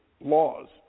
laws